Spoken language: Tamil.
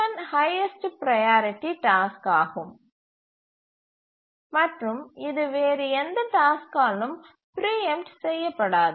T1 ஹைஎஸ்ட் ப்ரையாரிட்டி டாஸ்க் ஆகும் மற்றும் இது வேறு எந்த டாஸ்க்காலும் பிரீஎம்ட் செய்யப்படாது